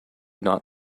not